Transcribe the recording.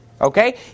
Okay